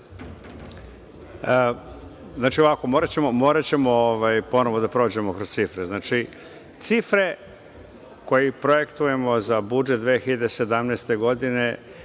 Vujović** Moraćemo ponovo da prođemo kroz cifre. Znači, cifre koje projektujemo za budžet 2017. godine